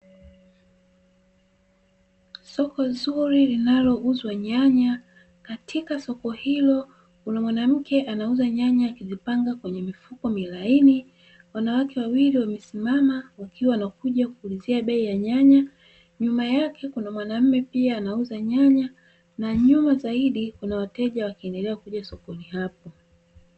Soko zuli linalo uza nyanya katika soko ilo kuna mwanamke anauza nyanya akizipanga kwenye mifuko milaini wanawake wawili wamesimama wanakuja kuulizia bei ya nyanya, nyuma yake kuna mwanaume pia anauza nyanya na nyuma zaidi kunawateja wakiendelea kija sokoni hapo.